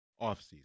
offseason